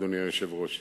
אדוני היושב-ראש.